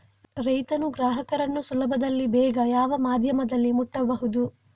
ರೈತನು ಗ್ರಾಹಕನನ್ನು ಸುಲಭದಲ್ಲಿ ಬೇಗ ಯಾವ ಮಾಧ್ಯಮದಲ್ಲಿ ಮುಟ್ಟಬಹುದು?